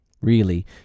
Really